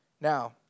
Now